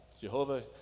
Jehovah